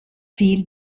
will